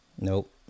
Nope